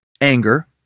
anger